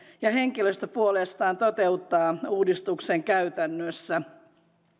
ja henkilöstö puolestaan toteuttaa uudistuksen käytännössä